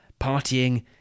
partying